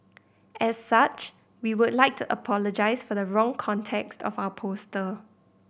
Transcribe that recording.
as such we would like to apologise for the wrong context of our poster